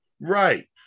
Right